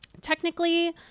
technically